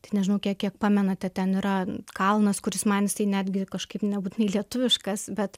tik nežinau kiek kiek pamenate ten yra kalnas kuris man jisai netgi kažkaip nebūtinai lietuviškas bet